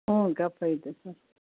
ಹ್ಞೂ ಕಫ ಇದೆ ಸರ್